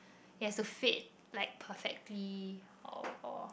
it has to fit like perfectly or